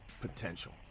potential